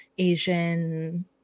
Asian